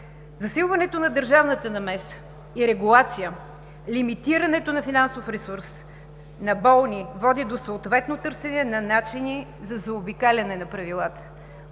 Засилването на държавната намеса и регулация, лимитирането на финансов ресурс на болни води до съответно търсене на начини за заобикаляне на правилата.